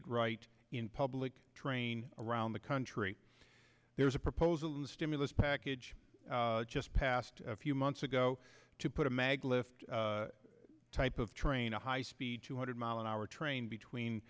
it right in public train around the country there's a proposal in the stimulus package just passed a few months ago to put a mag lift type of train a high speed two hundred mile an hour train between